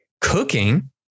cooking